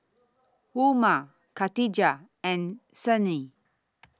Umar Katijah and Senin